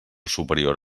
superior